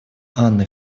анны